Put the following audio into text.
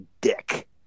dick